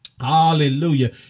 Hallelujah